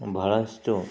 ಬಹಳಷ್ಟು